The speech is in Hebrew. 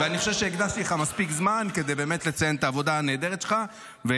אני חושב שהקדשתי לך מספיק זמן כדי לציין את העבודה הנהדרת שלך.